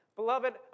Beloved